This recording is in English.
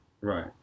Right